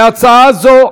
להצעה זו,